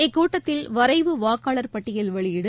இக்கூட்டத்தில் வரைவு வாக்காளர் பட்டியல் வெளியீடு